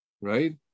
right